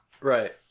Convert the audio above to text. right